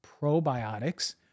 probiotics